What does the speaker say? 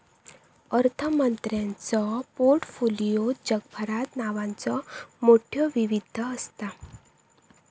अर्थमंत्र्यांच्यो पोर्टफोलिओत जगभरात नावांचो मोठयो विविधता असता